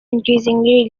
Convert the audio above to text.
increasingly